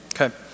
Okay